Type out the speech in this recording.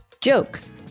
Jokes